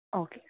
okay